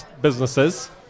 businesses